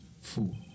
Fool